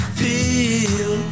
feel